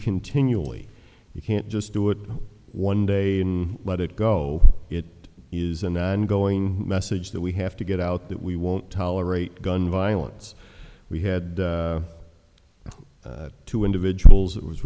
continually you can't just do it one day in let it go it is and i'm going message that we have to get out that we won't tolerate gun violence we had two individuals it was